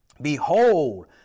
Behold